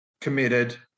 committed